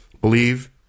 Believe